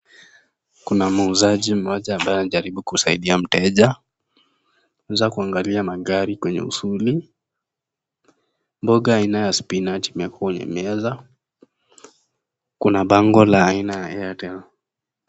Kuna muuzaji mmoja ambaye anajaribu kusaidia mteja, ameweza kuangalia magari kwenye usuli ,mboga aina ya (CS)spinach(CS ) iko juu ya meza. Kuna bango la aina ya Airtel.